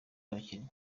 abakinnyi